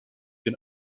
bin